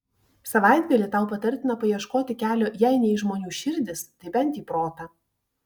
savaitgalį tau patartina paieškoti kelio jei ne į žmonių širdis tai bent į protą